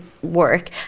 work